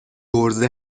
عرضه